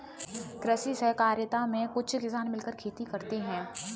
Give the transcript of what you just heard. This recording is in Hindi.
कृषि सहकारिता में कुछ किसान मिलकर खेती करते हैं